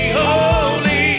holy